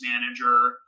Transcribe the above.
manager